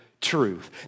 truth